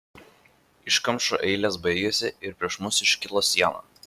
iškamšų eilės baigėsi ir prieš mus iškilo siena